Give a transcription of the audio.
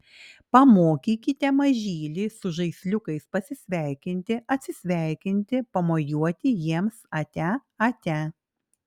pamokykite mažylį su žaisliukais pasisveikinti atsisveikinti pamojuoti jiems atia atia